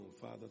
Father